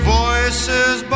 voices